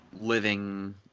living